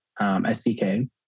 SDK